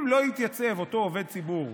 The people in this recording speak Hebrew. אם לא יתייצב אותו עובד ציבור,